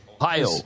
Ohio